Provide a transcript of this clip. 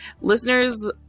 listeners